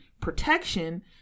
Protection